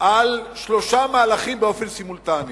על שלושה מהלכים באופן סימולטני.